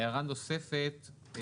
הערה נוספת.